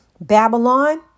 Babylon